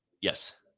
yes